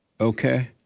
Okay